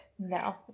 No